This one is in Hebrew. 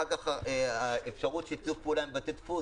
אחר כך האפשרות של שיתוף פעולה עם בתי דפוס,